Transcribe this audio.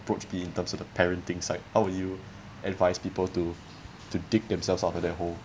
approach be in terms of the parenting side how would you advise people to to dig themselves out of their hole